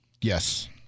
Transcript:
Yes